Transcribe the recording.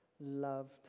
loved